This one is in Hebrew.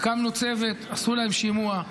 הקמנו צוות ועשו להם שימוע,